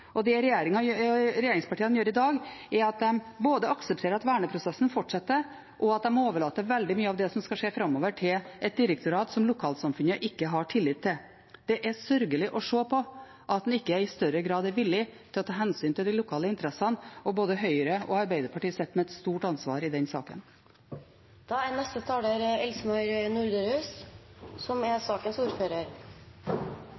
og det regjeringspartiene gjør i dag, er at de både aksepterer at verneprosessen fortsetter, og at de overlater veldig mye av det som skal skje framover, til et direktorat som lokalsamfunnene ikke har tillit til. Det er sørgelig å se på at en ikke i større grad er villig til å ta hensyn til de lokale interessene, og både Høyre og Arbeiderpartiet sitter med et stort ansvar i den